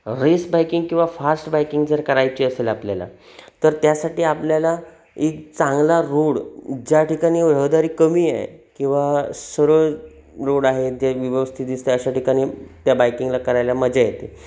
race biking किंवा fast biking जर करायची असेल आपल्याला तर त्यासाठी आपल्याला एक चांगला रोड ज्या ठिकाणी रहदारी कमी आहे किंवा सर्व रोड आहे जे व्यवस्थित दिसते अशा ठिकाणी त्या बायकिंगला करायला मजा येते